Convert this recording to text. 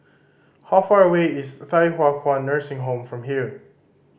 how far away is Thye Hua Kwan Nursing Home from here